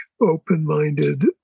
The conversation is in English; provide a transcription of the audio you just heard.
open-minded